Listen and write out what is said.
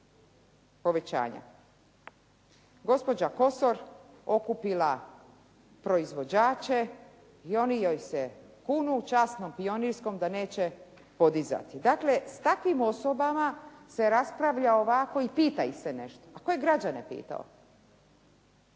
Gospođa Kosor okupila proizvođače i oni joj se kunu časnom pionirskom da neće podizati. Dakle, s takvim osobama se raspravlja ovako i pita ih se ne što. A tko je građane pitao?